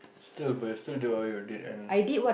still but you are still your dead end